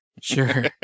Sure